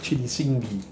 去你心里